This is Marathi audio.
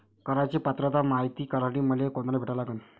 कराच पात्रता मायती करासाठी मले कोनाले भेटा लागन?